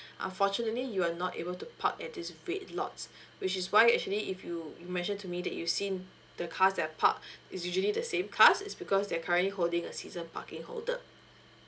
unfortunately you're not able to park at this red lots which is why actually if you mentioned to me that you seen the cars that are parked is usually the same cars is because they're currently holding a season parking holder